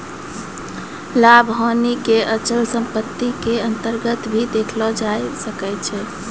लाभ हानि क अचल सम्पत्ति क अन्तर्गत भी देखलो जाय सकै छै